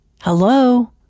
Hello